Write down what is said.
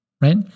right